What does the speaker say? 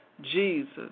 Jesus